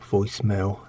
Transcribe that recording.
Voicemail